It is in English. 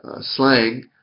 slang